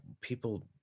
people